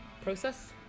Process